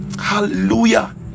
hallelujah